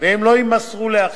ולא יימסרו לאחר,